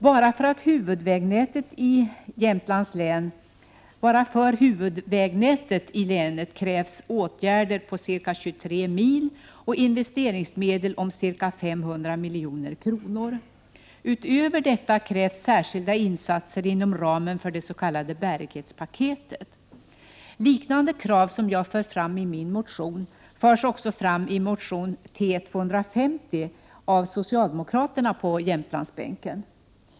Bara för huvudvägnätet i länet krävs åtgärder på ca 23 mil och investeringsmedel om ca 500 milj.kr. Utöver detta krävs särskilda insatser inom ramen för det s.k. bärighetspaketet. Liknande krav som dem som jag för fram i min motion förs också fram i motion T250 av socialdemokraterna på Jämtlandsbänken.